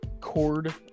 cord